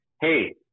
hey